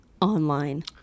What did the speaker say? online